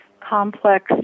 complex